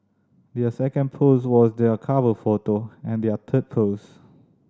their second post was their cover photo and their third post